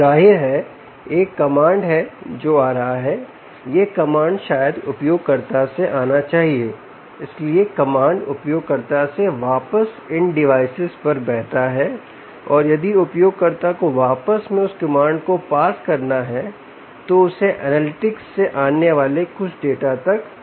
जाहिर है एक कमांड है जो आ रहा है यह कमांड शायद उपयोगकर्ता से आना चाहिए इसलिए कमांड उपयोगकर्ता से वापस इन डिवाइसेज पर बहता है और यदि उपयोगकर्ता को वास्तव में उस कमांड को पास करना है तो उसे एनालिटिक्स से आने वाले कुछ डाटा तक पहुंच होनी होगी